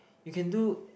you can do